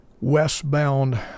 westbound